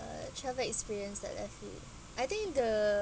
a travel experience that I feel I think the